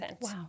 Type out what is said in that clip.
Wow